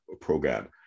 program